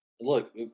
look